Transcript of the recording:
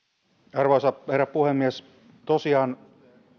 arvoisa herra puhemies tosiaan